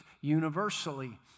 universally